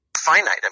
finite